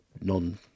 non –